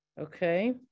Okay